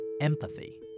empathy